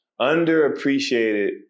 Underappreciated